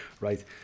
Right